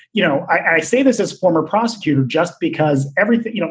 you know, i say this as a former prosecutor, just because everything, you know,